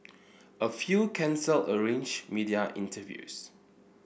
a few cancelled arranged media interviews